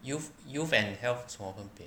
youth youth and health